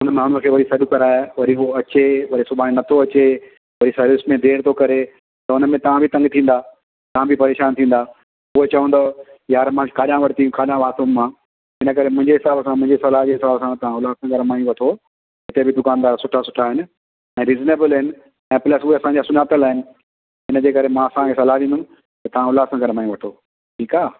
उन माण्हूअ खे वरी सॾ कराइ वरी उहो अचे वरी सुभाणे नथो अचे वरी सर्विस में देर थो करे त उन में तव्हां बि तंग थींदा तव्हां बि परेशान थींदा पोइ चवंदव यार मां काॾां वरिती काॾां फाथुमि मां इन करे मुंहिंजे हिसाब सां मुंहिंजी सलाह हीअ अथव तव्हां हुतां उल्हासनगर मां ई वठो उते बि दुकानदार सुठा सुठा आहिनि रीज़नेबल आहिनि ऐं प्लस उहे असां जा सुञातल आहिनि इन जे करे मां तव्हां खे सलाह ॾींदुमि कि तव्हां उल्हासनगर मां ई वठो ठीक आहे